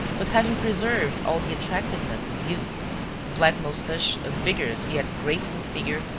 but having preserved all the attractiveness of youth a black moustache, a vigorous, yet graceful figure,